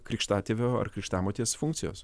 krikštatėvio ar krikštamotės funkcijos